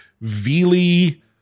Vili